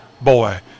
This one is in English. boy